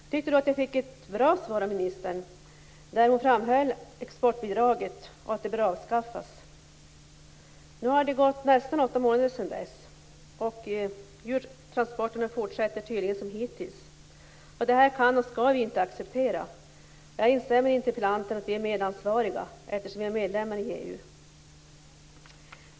Jag tyckte att jag fick ett bra svar av ministern där hon framhöll att exportbidraget bör avskaffas. Nu har det gått nästan åtta månader sedan dess, och djurtransporterna fortsätter tydligen som hittills. Det här kan och skall vi inte acceptera. Jag instämmer med interpellanten att vi är medansvariga, eftersom vi är medlemmar i EU.